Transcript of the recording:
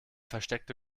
versteckte